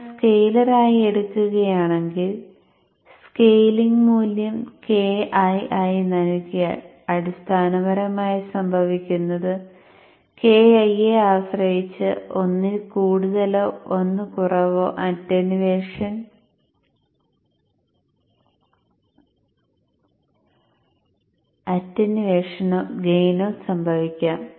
നിങ്ങൾ സ്കെയിലർ ആയി എടുക്കുകയാണെങ്കിൽ സ്കെയിലിംഗ് മൂല്യം Ki ആയി നൽകിയാൽ അടിസ്ഥാനപരമായി സംഭവിക്കുന്നത് Ki യെ ആശ്രയിച്ച് 1 ൽ കൂടുതലോ 1 കുറവോ അറ്റന്യൂവേഷനോ ഗെയിനോ സംഭവിക്കാം